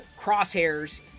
Crosshair's